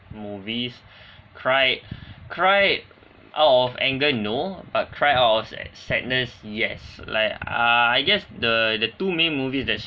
movies cry cry out of anger no but cry out of sad~ sadness yes like uh I guess the the two main movies that's